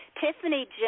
Tiffany